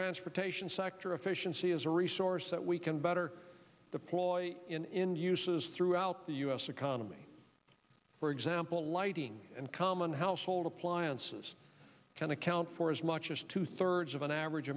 transportation sector efficiency is a resource that we can better the ploy in uses throughout the u s economy for example lighting and common household appliances can account for as much as two thirds of an average